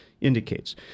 indicates